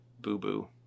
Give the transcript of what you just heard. boo-boo